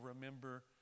remember